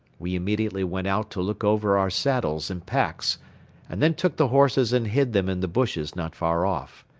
we immediately went out to look over our saddles and packs and then took the horses and hid them in the bushes not far off.